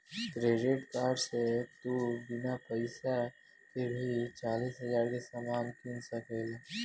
credit card से तू बिना पइसा के भी चालीस हज़ार के सामान किन सकेल